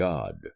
God